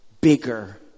bigger